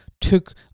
took